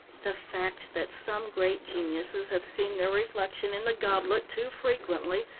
the fact that some great geniuses have seen their reflection in the goblet too frequently,